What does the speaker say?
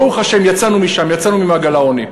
ברוך השם, יצאנו משם, יצאנו ממעגל העוני.